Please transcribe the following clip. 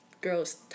girls